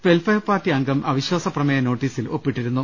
well fair party അംഗം അവിശ്വാസപ്രമേയ നോട്ടീസിൽ ഒപ്പിട്ടിരുന്നു